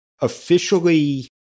officially